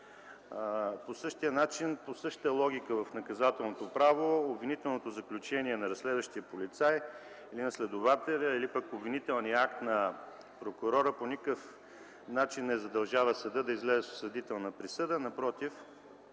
По същия начин, по същата логика в наказателното право обвинителното заключение на разследващия полицай, или на следователя, или пък обвинителният акт на прокурора по никакъв начин не задължава съда да излезе с осъдителна присъда.